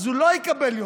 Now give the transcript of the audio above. אז הוא לא יקבל יותר,